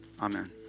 Amen